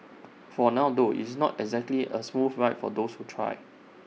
for now though IT is not exactly A smooth ride for those who try